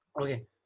okay